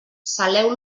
saleu